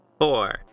four